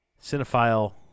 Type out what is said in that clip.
Cinephile